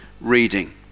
reading